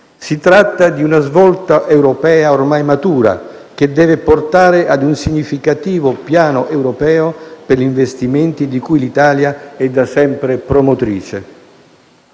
Si tratta di una svolta europea ormai matura che deve portare a un significativo piano europeo per gli investimenti di cui l'Italia è da sempre promotrice.